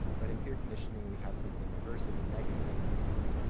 but in fear conditioning, we have something aversive and negative at the end.